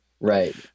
Right